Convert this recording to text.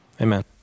Amen